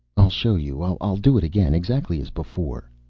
i'll show you. i'll do it again. exactly as before.